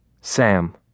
Sam